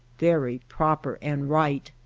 very proper and right.